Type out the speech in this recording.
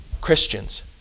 Christians